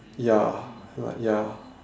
ya right ya